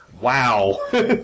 wow